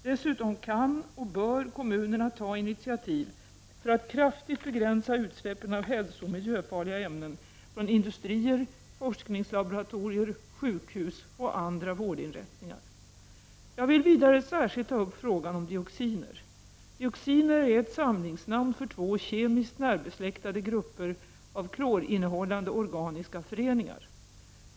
Dessutom kan och bör kommunerna ta initiativ för att kraftigt begränsa utsläppen av hälsooch miljöfarliga ämnen från industrier, forskningslaboratorier, sjukhus och andra vårdinrättningar. Jag vill vidare särskilt ta upp frågan om dioxiner. Dioxiner är ett samlingsnamn för två kemiskt närbesläktade grupper av klorinnehållande organiska föreningar.